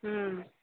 ହୁଁ